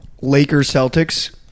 Lakers-Celtics